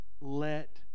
let